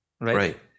right